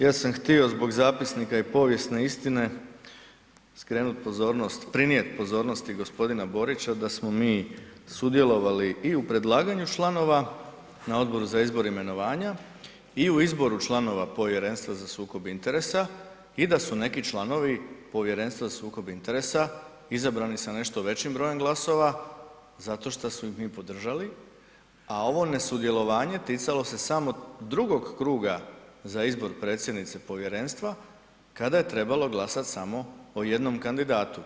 Ja sam htio zbog zapisnika i povijesne istine skrenuti pozornost, prinijeti pozornosti g. Borića da smo mi sudjelovali i u predlaganju članova na Odboru za izbor i imenovanja i u izboru članova Povjerenstva za sukob interesa i da su neki članovi Povjerenstva za sukob interesa izabrani sa nešto većim brojem glasova zato što smo ih mi podržali, a ovo nesudjelovanje ticalo se samo drugog kruga za izbor predsjednice povjerenstva kada je trebalo glasati samo o jednom kandidatu.